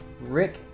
Rick